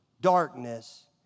darkness